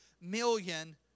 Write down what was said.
million